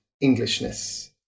Englishness